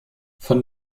von